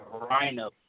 Rhino